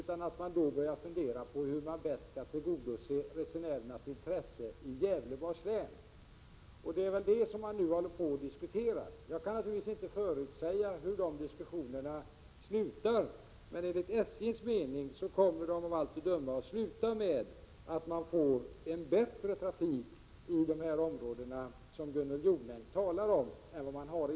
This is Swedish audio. Man bör i stället börja fundera på hur man bäst skall tillgodose resenärernas intressen i Gävleborgs län. Det är det man nu håller på att diskutera. Jag kan naturligtvis inte förutse hur de diskussionerna slutar. Men enligt SJ:s mening kommer de att sluta med att man får en bättre trafik än i dag i de områden som Gunnel Jonäng talar om.